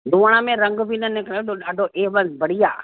धोअण में रंगु बि न निकिरंदो ॾाढो एवन बढ़िया